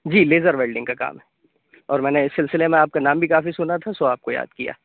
جی laser welding کا کام ہے اور میں نے اِس سلسلے میں آپ کا نام بھی کافی سُنا تھا سو آپ کو یاد کیا